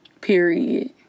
period